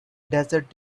desert